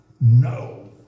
No